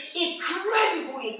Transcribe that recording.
incredible